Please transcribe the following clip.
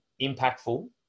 impactful